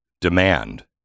demand